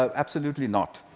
um absolutely not.